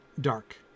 dark